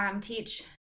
teach